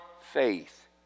faith